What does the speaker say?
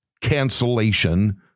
cancellation